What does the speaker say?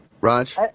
Raj